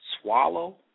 swallow